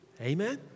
Amen